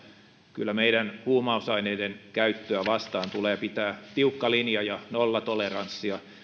kyllä meidän huumausaineiden käyttöä vastaan tulee pitää tiukka linja ja nollatoleranssi ja